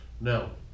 No